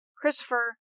Christopher